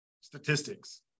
statistics